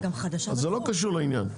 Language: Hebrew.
זה לא קשור לעניין.